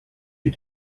you